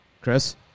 Chris